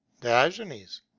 Diogenes